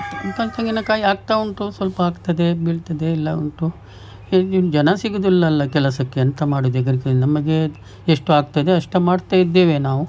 ಮತ್ತೆಂತ ತೆಂಗಿನಕಾಯಿ ಆಗ್ತಾ ಉಂಟು ಸ್ವಲ್ಪ ಆಗ್ತದೆ ಬೀಳ್ತದೆ ಎಲ್ಲ ಉಂಟು ಈಗೀಗ ಜನ ಸಿಗುವುದಿಲ್ಲಲ್ಲ ಕೆಲಸಕ್ಕೆ ಎಂತ ಮಾಡುವುದು ಎಗ್ರಿಕಲ್ ನಮಗೆ ಎಷ್ಟು ಆಗ್ತದೆ ಅಷ್ಟು ಮಾಡ್ತಾಯಿದ್ದೇವೆ ನಾವು